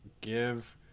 give